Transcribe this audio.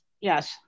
Yes